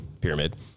pyramid